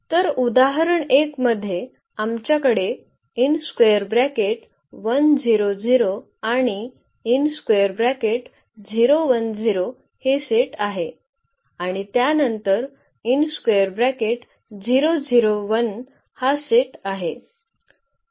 तर उदाहरण 1 मध्ये आमच्याकडे आणि हे सेट आहे आणि त्यानंतर हा सेट आहे